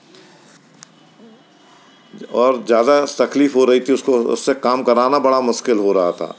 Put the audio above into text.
और ज़्यादा तकलीफ़ हो रही थी उसको उससे काम कराना बड़ा मुश्किल हो रहा था